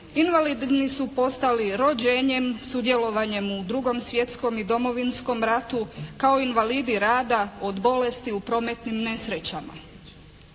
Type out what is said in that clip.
Invalidni su postali rođenjem sudjelovanjem u drugom svjetskom i Domovinskom ratu, kao invalidi rada, od bolesti, u prometnim nesrećama.